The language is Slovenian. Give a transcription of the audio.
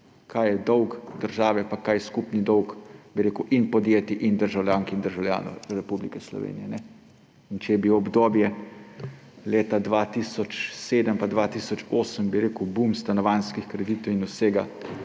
kaj je dolg države pa kaj je skupni dolg in podjetij in državljank in državljanov Republike Slovenije. In če je bilo obdobje leta 2007 pa 2008 bum stanovanjskih kreditov in vsega,